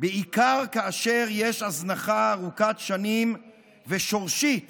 בעיקר כאשר יש הזנחה ארוכת שנים ושורשית